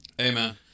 Amen